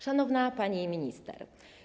Szanowna Pani Minister!